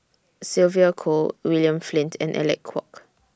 Sylvia Kho William Flint and Alec Kuok